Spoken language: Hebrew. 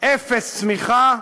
אפס צמיחה,